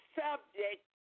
subject